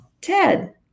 Ted